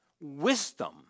wisdom